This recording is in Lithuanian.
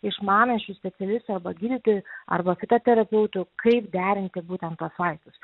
išmanančiu specialistu arba gydytoju arba fitoterapeutu kaip derinti būtent tuos vaistus